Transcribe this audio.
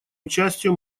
участию